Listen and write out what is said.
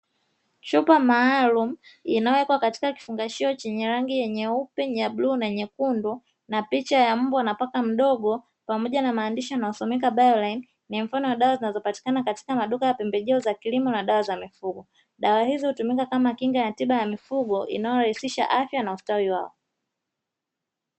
Chupa maalumu inayowekwa katika kifungashio chenye rangi nyeupe, bluu na nyekundu na picha ya mbwa na paka mdogo pamoja na maandishi yanayo someka ''BIOLINE'' ni mfano wa dawa zinazopatikana katika maduka ya pembejeo za kilimo na dawa za mifugo. Dawa hizi hutumika kama kinga ya tiba za mifugo inayo rahisisha afya na ustawi wao.